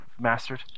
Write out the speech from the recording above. mastered